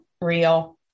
real